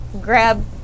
grab